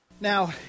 Now